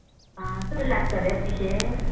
हा चड लागतले पयशें